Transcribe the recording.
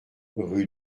rue